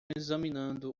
examinando